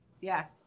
yes